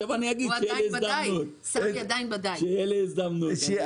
אגיד כשתהיה לי הזדמנות.